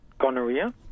gonorrhea